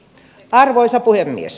arvoisa puhemies